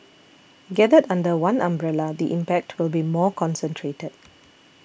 gathered under one umbrella the impact will be more concentrated